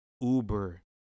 Uber